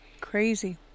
Crazy